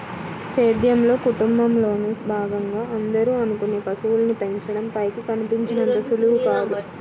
సేద్యంలో, కుటుంబంలోను భాగంగా అందరూ అనుకునే పశువుల్ని పెంచడం పైకి కనిపించినంత సులువు కాదు